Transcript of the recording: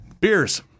Beers